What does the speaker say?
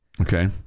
Okay